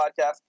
podcast